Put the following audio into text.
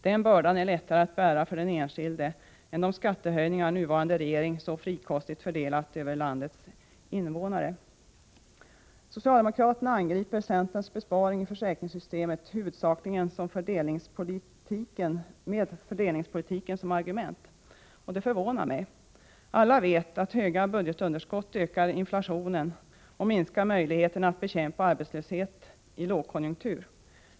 Den bördan är lättare att bära för den enskilde än de skattehöjningar nuvarande regering så frikostigt fördelat över landets invånare. Socialdemokraterna angriper centerns besparing i försäkringssystemet huvudsakligen med fördelningspolitik som argument. Detta förvånar mig. Alla vet att stora budgetunderskott ökar inflationen och minskar möjligheterna att bekämpa arbetslöshet i lågkonjunktur.